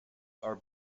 are